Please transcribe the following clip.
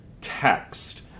text